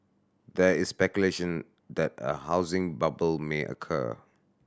there is speculation that a housing bubble may occur